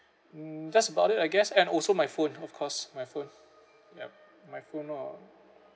hmm that's about it I guess and also my phone of course my phone yup my phone or